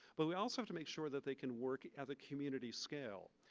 but, we also have to make sure that they can work at a community scale.